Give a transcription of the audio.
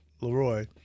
Leroy